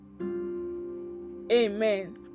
Amen